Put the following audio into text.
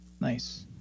nice